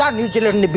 um new zealand and but